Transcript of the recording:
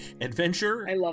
Adventure